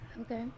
Okay